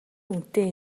үнэтэй